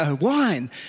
Wine